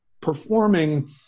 performing